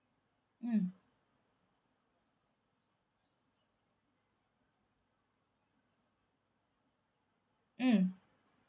mm mm